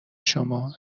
شما